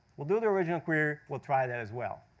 we'll do the original query. we'll try that as well.